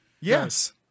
Yes